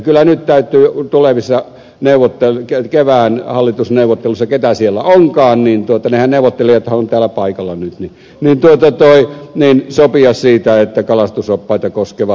kyllä nyt täytyy tulevissa kevään hallitusneuvotteluissa keitä siellä onkaan ne neuvottelijathan ovat täällä paikalla nyt sopia siitä että kalastusoppaita koskeva lakihomma hoidetaan kuntoon